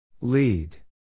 Lead